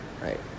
right